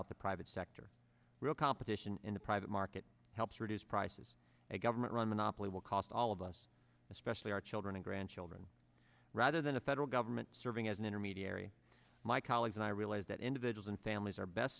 out the private sector real competition in the private market helps reduce prices a government run monopoly will cost all of us especially our children and grandchildren rather than a federal government serving as an intermediary my colleagues and i realize that individuals and families are best